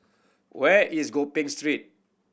where is Gopeng Street